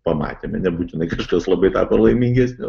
pamatėme nebūtinai kažkas labai tapo laimingesniu